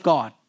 God